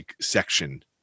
section